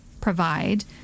provide